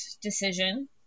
decision